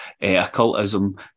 occultism